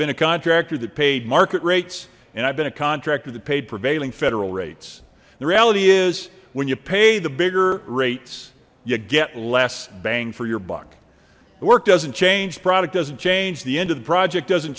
been a contractor that paid market rates and i've been a contractor that paid prevailing federal rates the reality is when you pay the bigger rates you get less bang for your buck the work doesn't change the product doesn't change the end of the project doesn't